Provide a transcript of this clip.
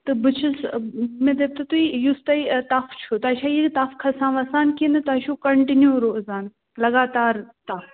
تہٕ بہٕ چھَس مےٚ دٔپتو تُہۍ یُس تۄہہِ تپھ چھُو تۄہہِ چھا یہِ کھَسان وَسان کِنہٕ تۄہہِ چھُو کَنٹِنیٛوٗ روزان لگاتار تپھ